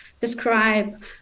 describe